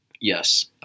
Yes